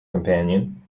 companion